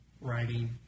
writing